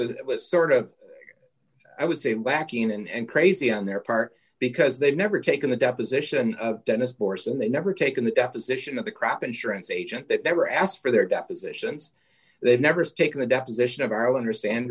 case it was sort of i would say wacky and crazy on their part because they've never taken the deposition of dennis bourse and they never taken the deposition of the crop insurance agent they've never asked for their depositions they've never stake the deposition of our understand